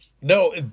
No